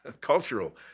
cultural